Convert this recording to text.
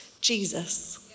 Jesus